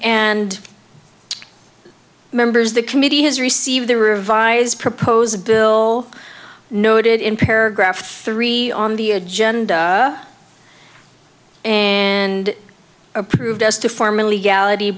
and members the committee has received the revised proposed bill noted in paragraph three on the agenda and approved as to form illegality